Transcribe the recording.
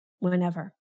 whenever